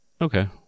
Okay